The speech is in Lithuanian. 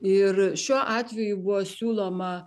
ir šiuo atveju buvo siūloma